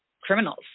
criminals